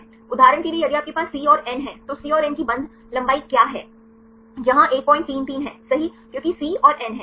उदाहरण के लिए यदि आपके पास C और N हैं तो C और N की बंध लंबाई क्या है जहां 133 है सही क्योंकि C और N है सही